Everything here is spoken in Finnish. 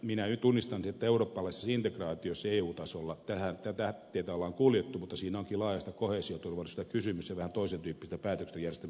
minä jo tunnistan sen että eurooppalaisessa integraatiossa eu tasolla tätä tietä on kuljettu mutta siinä onkin laajasta koheesioturvallisuudesta kysymys ja vähän toisen tyyppisestä päätöksentekojärjestelmästä kokonaisuudessaan